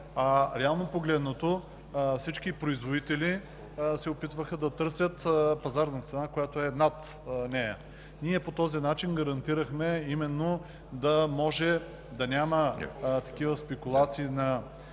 Реално погледнато, всички производители се опитваха да търсят пазарна цена, която е над нея. По този начин ние гарантирахме да може да няма такива спекулации на